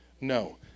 No